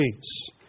peace